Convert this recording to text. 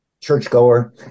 churchgoer